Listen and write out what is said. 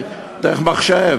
דרך מחשב,